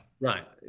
Right